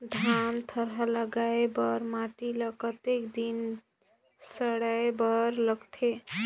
धान थरहा लगाय बर माटी ल कतेक दिन सड़ाय बर लगथे?